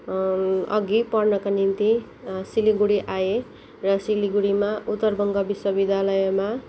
अघि पढ्नको निम्ति सिलगढी आएँ र सिलगढीमा उत्तर बङ्ग विश्वविद्यालयमा